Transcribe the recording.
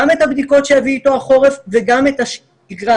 גם את הבדיקות שיביא איתו החורף וגם את השגרה.